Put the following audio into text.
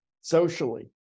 socially